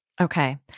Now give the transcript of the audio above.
Okay